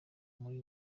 muri